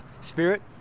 spirit